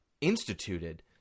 instituted